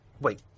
Wait